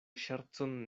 ŝercon